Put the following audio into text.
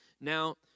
Now